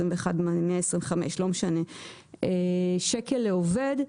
21,125 שקל לעובד,